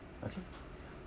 okay